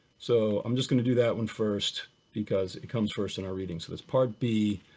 so i'm just going to do that one first because it comes first in our reading, so it's part b,